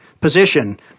position